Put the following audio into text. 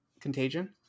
contagion